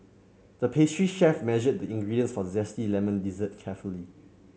the pastry chef measured the ingredients for a zesty lemon dessert carefully